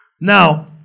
Now